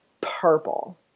purple